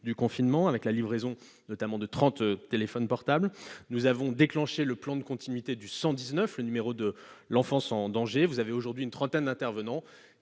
notamment avec la livraison de trente téléphones portables. Nous avons déclenché le plan de continuité du 119, le numéro de l'enfance en danger. Aujourd'hui, une trentaine d'intervenants